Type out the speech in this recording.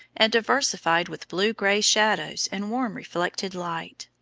and diversified with blue-gray shadows and warm reflected light.